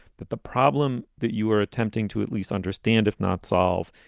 that the problem that you are attempting to at least understand, if not solve,